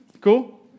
Cool